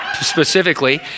specifically